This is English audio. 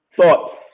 thoughts